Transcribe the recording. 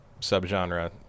subgenre